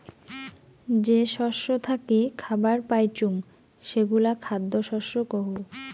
যে শস্য থাকি খাবার পাইচুঙ সেগুলা খ্যাদ্য শস্য কহু